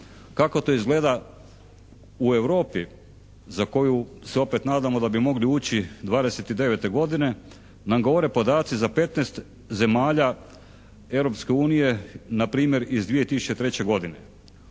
Kako to izgleda u Europi za koju se opet nadamo da bi mogli ući 29. godine, nam govore podaci za 15 zemalja Europske unije npr. iz 2003. godine.